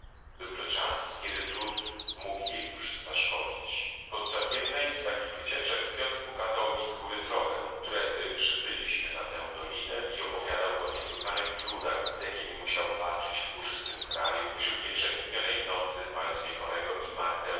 był to czas kiedy trud mógł jej już zaszkodzić podczas jednej z takich wycieczek piotr pokazał mi z góry drogę którędy przybyliśmy na tę dolinę i opowiadał o niesłychanych trudach z jakiemi musiał walczyć w górzystym kraju wśród nieprzeniknionej nocy mając mnie chorego i martę